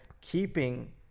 keeping